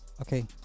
okay